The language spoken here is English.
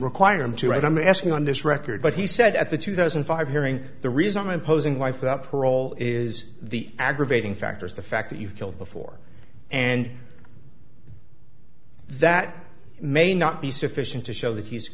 require him to write i'm asking on this record but he said at the two thousand and five hearing the reason i'm imposing life without parole is the aggravating factors the fact that you've killed before and that may not be sufficient to show that he's